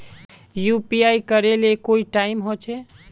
UPI करे ले कोई टाइम होचे?